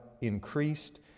increased